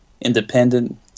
independent